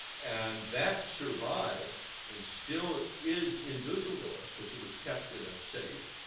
and that survived and still is in dusseldorf, because it was kept in a safe.